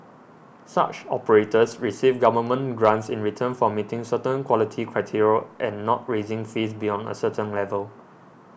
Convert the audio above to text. such operators receive government grants in return for meeting certain quality criteria and not raising fees beyond a certain level